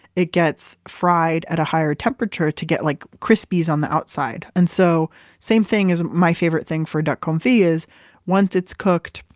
it gets fried at a higher temperature to get like crispies on the outside. and so same thing as my favorite thing for duck confit, is once it's cooked,